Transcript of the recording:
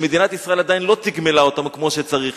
שמדינת ישראל עדיין לא תגמלה אותם כמו שצריך,